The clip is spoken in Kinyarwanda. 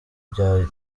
bya